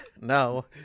no